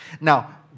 Now